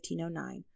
1509